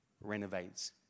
renovates